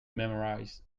memorize